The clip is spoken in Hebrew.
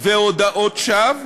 והודאות שווא